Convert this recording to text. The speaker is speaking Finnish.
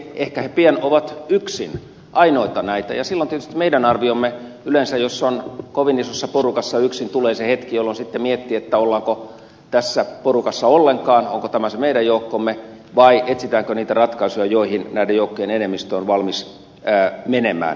ehkä he pian ovat yksin ainoita näitä ja silloin tietysti on meidän arviomme yleensä että jos on kovin isossa porukassa yksin tulee se hetki jolloin sitten miettii ollaanko tässä porukassa ollenkaan onko tämä se meidän joukkomme etsitäänkö niitä ratkaisuja joihin näiden joukkojen enemmistö on valmis menemään